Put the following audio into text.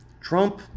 Trump